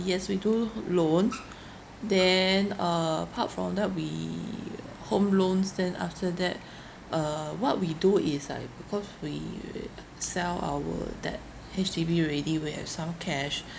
yes we do loans then apart from that we home loans then after that uh what we do is like because we sell our that H_D_B already we have some cash